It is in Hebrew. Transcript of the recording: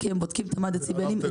כי הם בודקים את מד הדציבלים אצלי,